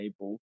table